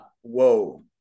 Whoa